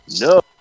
No